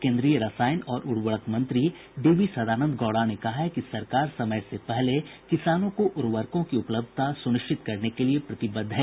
केन्द्रीय रसायन और उर्वरक मंत्री डीवी सदानंद गौड़ा ने कहा है कि सरकार समय से पहले किसानों को उर्वरकों की उपलब्धता सुनिश्चित करने के लिए प्रतिबद्ध है